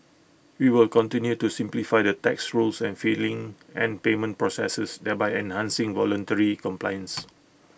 we will continue to simplify the tax rules and filing and payment processes thereby enhancing voluntary compliance